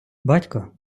батько